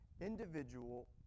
individual